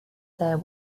their